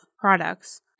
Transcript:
products